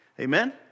Amen